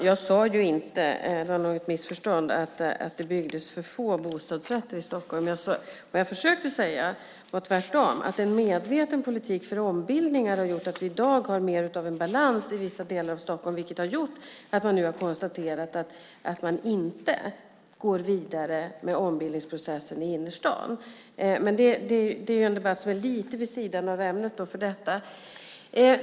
Fru talman! Det blev nog ett missförstånd, för jag sade inte att det byggdes för få bostadsrätter i Stockholm. Vad jag försökte säga var tvärtom att en medveten politik för ombildningar har gjort att vi i dag har mer av en balans i vissa delar av Stockholm, vilket har gjort att man nu inte går vidare med ombildningsprocessen i innerstaden. Men det är lite vid sidan av ämnet för detta.